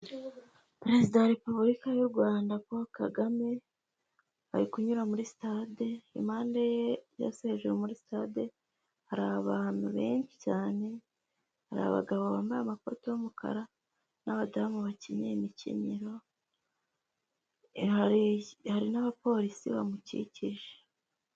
Perezida wa repubulika y'u Rwanda paul kagame ari kunyura muri stade impande yasezege muri stade hari abantu benshi cyane hari abagabo bambaye amakoto y'umukara n'abadamu bakinyeye imikenyero hari n'abapolisi bamukikije.